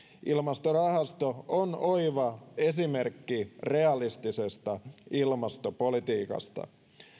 ilmastorahasto on oiva esimerkki realistisesta ilmastopolitiikasta